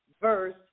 verse